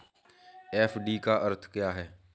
FD का अर्थ क्या है?